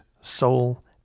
soul